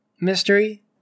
mystery